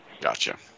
Gotcha